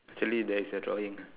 actually there is a drawing